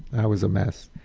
i was a mess.